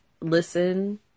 listen